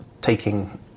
taking